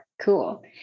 Cool